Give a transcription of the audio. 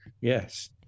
yes